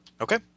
Okay